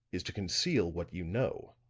is to conceal what you know.